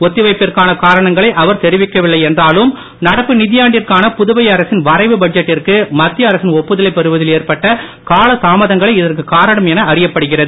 ஒத்திவைப்பிற்கான காரணங்களை அவர் தெரிவிக்கவில்லை என்றாலும் நடப்பு நிதியாண்டிற்கான புதுவை அரசின் வரைவு பட்ஜெட்டிற்கு மத்திய அரசின் காலதாமதங்களே இதற்கு காரணம் என அறியப்படுகிறது